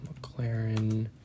McLaren